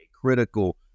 critical